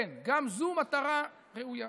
כן, גם זו מטרה ראויה.